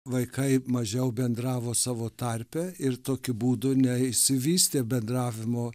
vaikai mažiau bendravo savo tarpe ir tokiu būdu neišsivystė bendravimo